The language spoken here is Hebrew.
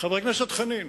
חבר הכנסת חנין,